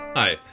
Hi